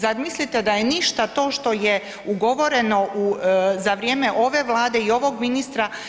Zar mislite da je ništa to što je ugovoreno za vrijeme ovog Vlade i ovog ministra?